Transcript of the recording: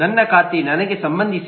ನನ್ನ ಖಾತೆ ನನಗೆ ಸಂಬಂಧಿಸಿದೆ